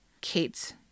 Kate's